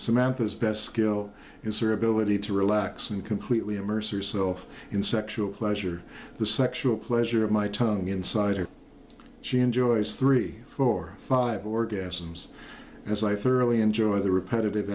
samantha's best skill is or ability to relax and completely immerse yourself in sexual pleasure the sexual pleasure of my tongue inside her she enjoys three four five orgasms as i thoroughly enjoy the repetitive